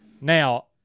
Now